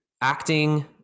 acting